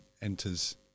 enters